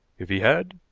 if he had,